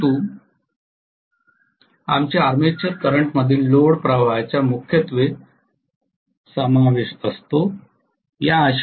परंतु armature current मध्ये load प्रवाहाचा मुख्यत्वे समावेश असतो